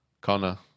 Connor